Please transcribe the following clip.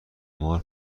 مار